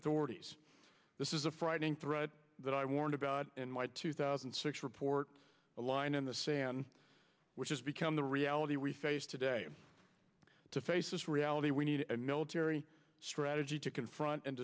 authorities this is a frightening threat that i warned about in my two thousand and six report a line in the sand which is become the reality we face today to face this reality we need a military strategy to confront and